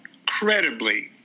incredibly